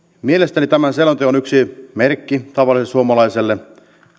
mielestäni tämän selonteon yksi merkki tavalliselle suomalaiselle